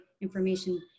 information